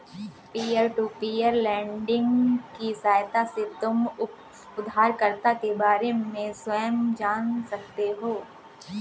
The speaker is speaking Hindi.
पीयर टू पीयर लेंडिंग की सहायता से तुम उधारकर्ता के बारे में स्वयं जान सकते हो